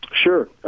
Sure